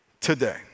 today